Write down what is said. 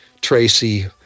Tracy